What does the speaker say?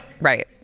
right